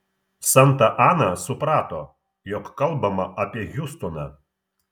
santa ana suprato jog kalbama apie hiustoną